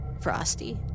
Frosty